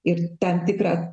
ir tam tikrą